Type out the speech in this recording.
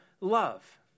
love